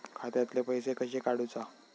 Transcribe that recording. खात्यातले पैसे कशे काडूचा?